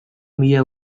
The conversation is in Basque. mila